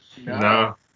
No